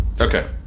Okay